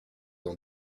dans